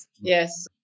Yes